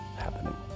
happening